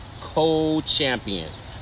co-champions